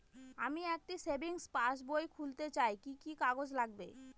আমি একটি savings passbook খুলতে চাই কি কি কাগজ লাগবে?